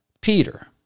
Peter